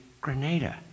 Grenada